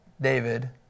David